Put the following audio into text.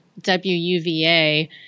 W-U-V-A